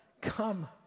come